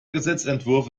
gesetzesentwurf